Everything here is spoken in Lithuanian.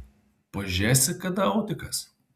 pažėsi kada autikas